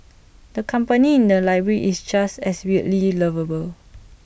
the company in the library is just as weirdly lovable